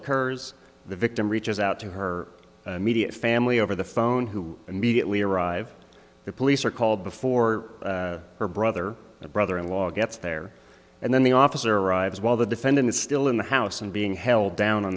occurs the victim reaches out to her immediate family over the phone who immediately arrive the police are called before her brother a brother in law gets there and then the officer arrives while the defendant is still in the house and being held down on